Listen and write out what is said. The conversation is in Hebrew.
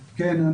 כן,